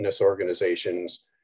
organizations